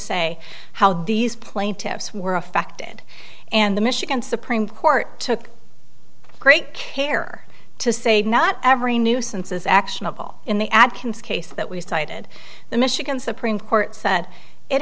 say how these plaintiffs were affected and the michigan supreme court took great care to say not every nuisances actionable in the ad can scase that we cited the michigan supreme court said it